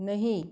नहीं